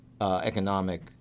economic